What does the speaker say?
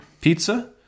pizza